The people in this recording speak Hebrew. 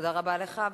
תודה רבה לך.